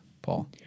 paul